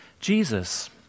Jesus